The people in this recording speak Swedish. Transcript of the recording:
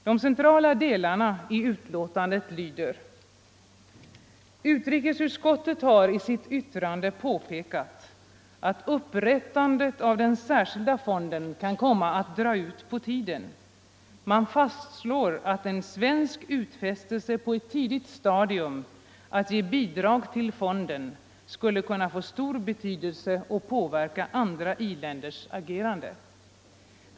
De centrala delarna i betänkandet lyder: ”Utrikesutskottet har i sitt yttrande påpekat att upprättandet av den särskilda fonden kan komma att dra ut på tiden. Man fastslår att en svensk utfästelse på ett tidigt stadium att ge bidrag till fonden skulle kunna få stor betydelse och påverka andra i-länders agerande.